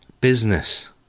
business